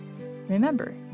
Remember